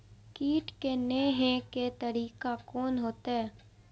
कीट के ने हे के तरीका कोन होते?